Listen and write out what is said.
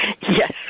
Yes